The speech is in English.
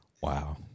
Wow